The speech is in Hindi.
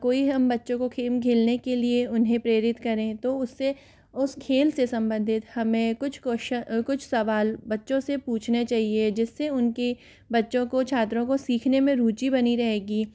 कोई हम बच्चों को गेम खेलने के लिए उन्हें प्रेरित करें तो उससे उस खेल से सम्बंधित हमें कुछ क्वेश्च कुछ सवाल बच्चों से पूछने चाहिए जिससे उनकी बच्चों को छात्रों को सीखने में रुचि बनी रहेगी